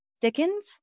Dickens